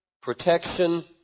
protection